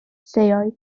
lleoedd